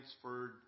transferred